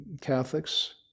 Catholics